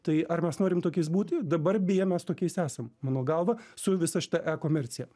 tai ar mes norim tokiais būti dabar beje mes tokiais esam mano galva su visa šita e komercija